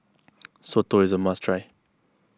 Soto is a must try